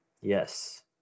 Yes